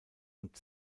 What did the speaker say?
und